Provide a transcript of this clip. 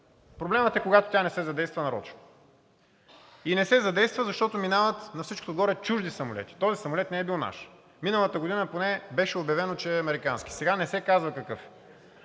Проблемът е, когато тя не се задейства нарочно. И не се задейства, защото минават на всичкото отгоре чужди самолети. Този самолет не е бил наш. Миналата година поне беше обявено, че е американски. Сега не се казва какъв